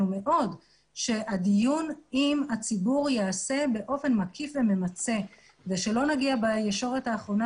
מאוד שהדיון עם הציבור ייעשה באופן מקיף וממצה ושלא נגיע בישורת האחרונה